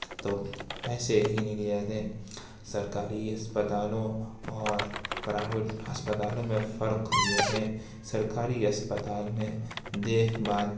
تو پیسے ہی نہیں لیے جاتے سرکاری اسپتالوں اور پرائیوٹ اسپتالوں میں فرق یہ ہے سرکاری اسپتال میں دیکھ بھال